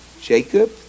Jacob